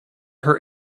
her